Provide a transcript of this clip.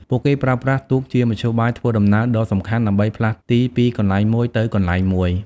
ពួកគេប្រើប្រាស់ទូកជាមធ្យោបាយធ្វើដំណើរដ៏សំខាន់ដើម្បីផ្លាស់ទីពីកន្លែងមួយទៅកន្លែងមួយ។